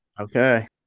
Okay